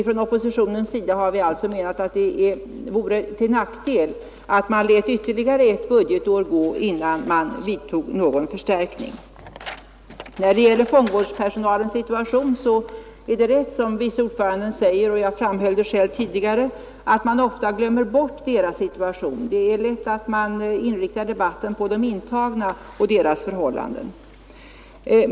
Från oppositionens sida anser vi att det vore en nackdel att låta ytterligare ett budgetår gå innan man vidtar någon förstärkning. När det gäller fångvårdspersonalen är det rätt som vice ordföranden säger — jag framhöll det själv tidigare — att man ofta glömmer bort deras situation. Man inriktar lätt debatten på de intagna och deras förhållanden.